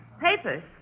Papers